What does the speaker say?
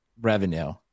revenue